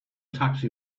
taxi